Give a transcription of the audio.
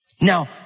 now